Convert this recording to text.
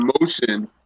emotion